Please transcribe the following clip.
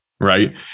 right